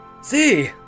See